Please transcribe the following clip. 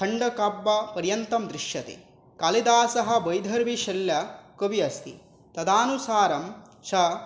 खण्डकाव्यपर्यन्तं दृश्यते कालिदासः वैदर्भीशैल्यां कवि अस्ति तदानुसारं च